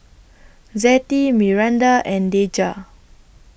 Zettie Miranda and Deja